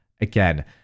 again